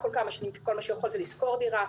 כל מה שהוא יכול זה לשכור דירה,